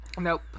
nope